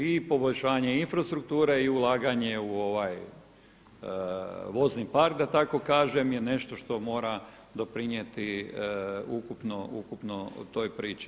I poboljšanje infrastrukture i ulaganje u vozni park da tako kažem je nešto što mora doprinijeti ukupno toj priči.